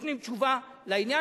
נותנים תשובה לעניין,